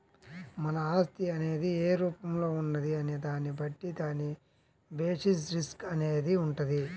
మన ఆస్తి అనేది ఏ రూపంలో ఉన్నది అనే దాన్ని బట్టి దాని బేసిస్ రిస్క్ అనేది వుంటది